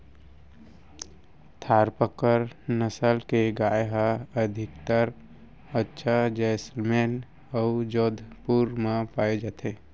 थारपकर नसल के गाय ह अधिकतर कच्छ, जैसलमेर अउ जोधपुर म पाए जाथे